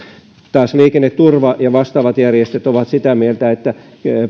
puolestaan liikenneturva ja vastaavat järjestöt ovat sitä mieltä että